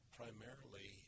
primarily